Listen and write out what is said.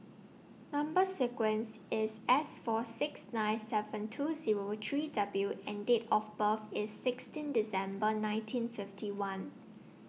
Number sequence IS S four six nine seven two Zero three W and Date of birth IS sixteen December nineteen fifty one